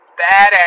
badass